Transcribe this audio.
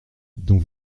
dont